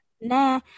Nah